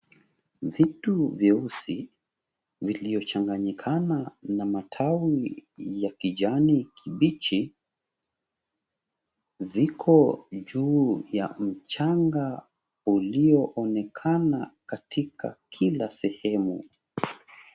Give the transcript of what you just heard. Vitu vyeusi viliochanganyikana na matawi ya kijani kibichi ziko juu ya mchanga ulioonekana katika kila sehemu.